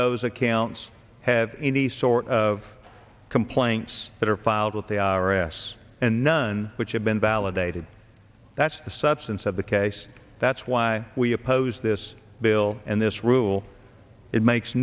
those accounts have any sort of complaints that are filed with the i r s and none which have been validated that's the substance of the case that's why we oppose this bill and this rule it makes